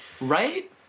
right